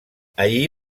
allí